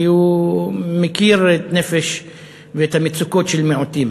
כי הוא מכיר את הנפש ואת המצוקות של מיעוטים.